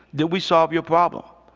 did we solve your problem?